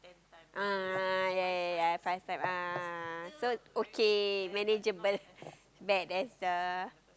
ah ah yea yea yea five type ah so okay manageable bad as uh